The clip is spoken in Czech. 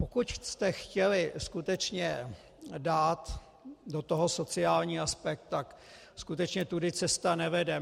Pokud jste chtěli skutečně dát do toho sociální aspekt, tak skutečně tudy cesta nevede.